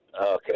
Okay